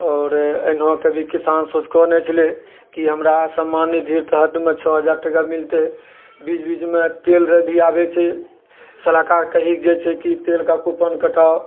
आओर एहनो कभी किसान सोचितो नहि छलै कि हमरा सम्मान निधिके तहतमे छओ हजार टाका मिलतै बीच बीचमे तेल र भी आबैत छै सलाहकार कहैत छै कि तेलके कूपन कटाउ